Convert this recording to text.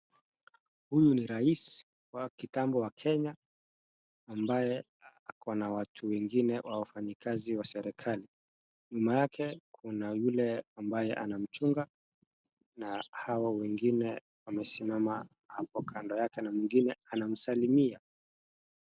Huyu ni rais wa kitambo wa Kenya ambaye akona watu wengine au wafanyikazi wa serikali. Nyuma yake kuna yule ambaye anamchunga na hawa wengine wamesimama hapo kando yake na mwingine anamsalimia.